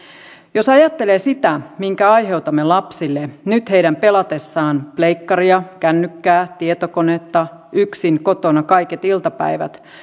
jos ajattelee sitä minkä aiheutamme lapsille nyt heidän pelatessaan pleikkaria kännykkää tai tietokonetta yksin kotona kaiket iltapäivät